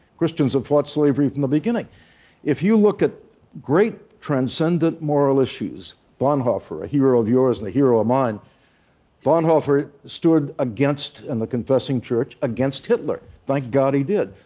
christians have fought slavery from the beginning if you look at great transcendent moral issues, bonhoeffer a hero of yours and a hero of mine bonhoeffer stood against, in the confessing church, against hitler. thank god he did.